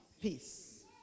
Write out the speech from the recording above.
Peace